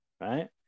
right